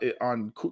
on